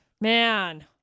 man